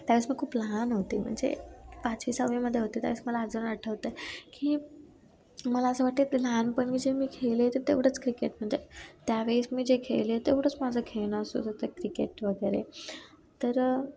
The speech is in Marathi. त्यावेळेस मी खूप लहान होते म्हणजे पाचवी सहामध्ये होते त्यावेळेस मला अजून आठवत आहे की मला असं वाटते लहानपणी जे मी खेळले तेवढंच क्रिकेट म्हणजे त्यावेळेस मी जे खेळले तेवढंच माझं खेळणं असो जातं क्रिकेट वगैरे तर